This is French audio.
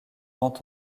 rend